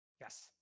Yes